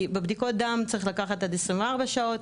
כי בבדיקות דם צריך לקחת עד 24 שעות,